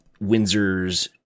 Windsor's